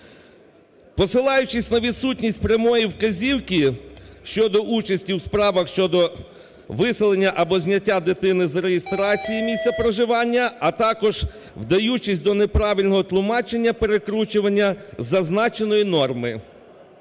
посилаючись на відсутність прямої вказівки щодо участі у справах щодо виселення або зняття дитини з реєстрації місця проживання, а також вдаючись до неправильного тлумачення (перекручування) зазначеної норми.